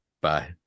Bye